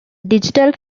digital